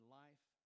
life